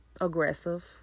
aggressive